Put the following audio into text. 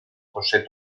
josé